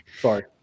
Sorry